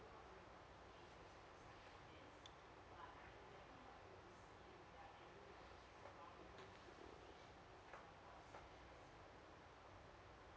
uh uh